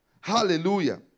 Hallelujah